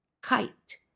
kite